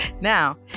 Now